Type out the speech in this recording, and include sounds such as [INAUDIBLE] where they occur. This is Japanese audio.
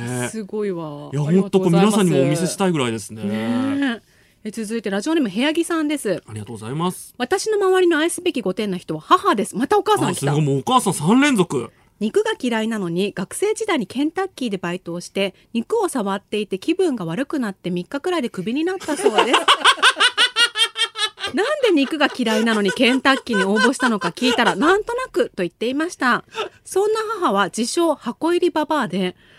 すごいわ。いや、ありがとうございます。ほんとこれ皆さんにもお見せしたいぐらいですね。ねえ。え、続いてラジオネーム、部屋着さんです。ありがとうございます。私の周りの愛すべき御殿の人は母です。またお母さんが来た。あ、すごい。もうお母さん三連続。肉が嫌いなのに、学生時代にケンタッキーでバイトをして、肉を触っていて気分が悪くなって三日くらいでクビになったそうです。 [LAUGHS] なんで肉が嫌いなのにケンタッキーに応募したのか聞いたら、なんとなくと言っていました。そんな母は自称箱入りババアで、